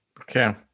Okay